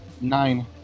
Nine